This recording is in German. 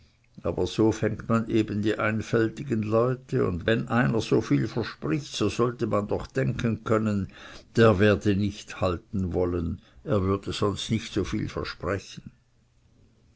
aber eben so fängt man die einfältigen leute und wenn einer so viel verspricht so sollte man doch denken können der werde nicht halten wollen er würde sonst nicht so viel versprechen